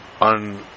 On